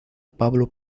pablo